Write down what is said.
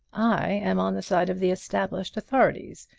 i am on the side of the established authorities.